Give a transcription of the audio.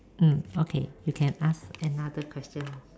mm okay you can ask another question